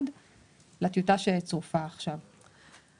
לדברי ההסבר שצורפו עכשיו?